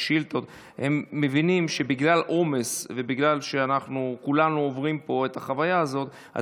שאילתות מבינים שבגלל עומס ובגלל שכולנו עוברים את החוויה הזאת,